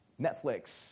Netflix